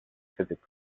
physics